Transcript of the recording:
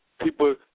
people